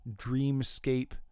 dreamscape